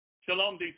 Shalom